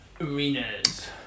arenas